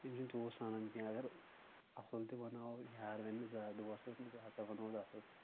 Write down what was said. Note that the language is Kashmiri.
یِم چھنہٕ تیوٗت سنان کینٛہہ اگر اصل تہٕ بناوو یار وننہِ زانٛہہ دوس وننہِ زانٛہہ ژےٚ بنووُتھ اصل